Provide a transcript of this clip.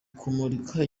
kumurika